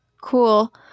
cool